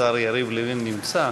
השר יריב לוין נמצא,